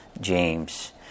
James